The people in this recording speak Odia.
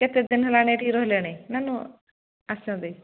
କେତେଦିନ ହେଲାଣି ଏଠି ରହିଲେଣି ନା ନୂଆ ଆସିଛନ୍ତି